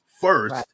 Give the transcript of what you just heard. first